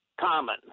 common